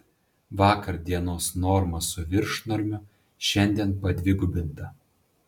vakar dienos norma su viršnormiu šiandien padvigubinta